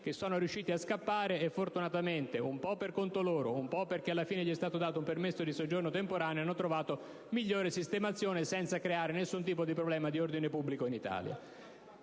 che sono riusciti poi a scappare e fortunatamente, un po' per conto loro, un po' perché è stato dato loro, alla fine, un permesso di soggiorno temporaneo, hanno trovato una migliore sistemazione, senza creare nessun tipo di problema di ordine pubblico in Italia.